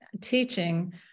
teaching